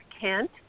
Kent